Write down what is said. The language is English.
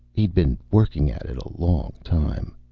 he'd been working at it a long time.